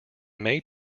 may